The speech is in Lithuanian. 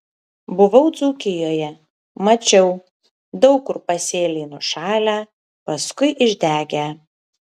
buvau dzūkijoje mačiau daug kur pasėliai nušalę paskui išdegę